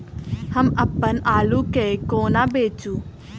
हम अप्पन आलु केँ कोना बेचू?